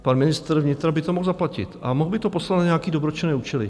Pan ministr vnitra by to mohl zaplatit a mohl by to poslat na nějaké dobročinné účely.